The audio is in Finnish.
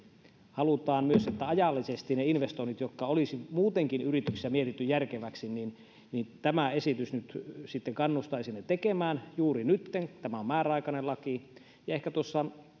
halutaan myös että ne investoinnit jotka olisi muutenkin yrityksissä mietitty järkeviksi olisivat ajallisesti sitä ja tämä esitys nyt sitten kannustaisi näin tekemään juuri nytten tämä on määräaikainen laki ja ehkä tuossa